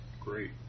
Great